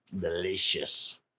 delicious